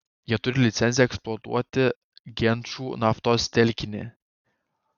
jie turi licenciją eksploatuoti genčų naftos telkinį